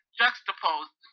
juxtaposed